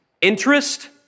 Interest